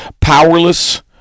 powerless